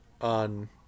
on